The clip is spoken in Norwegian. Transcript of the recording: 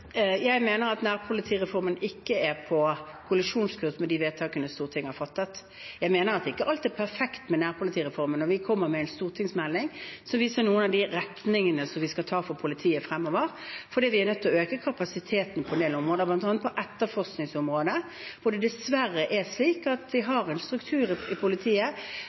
Jeg mener at nærpolitireformen ikke er på kollisjonskurs med de vedtakene Stortinget har fattet. Jeg mener ikke at alt er perfekt med nærpolitireformen, og vi kommer med en stortingsmelding som viser noen av de retningene vi skal ta politiet i fremover. Vi er nødt til å øke kapasiteten på en del områder, bl.a. på etterforskningsområdet, hvor det dessverre er en struktur i politiet hvor det er mer attraktivt å gå i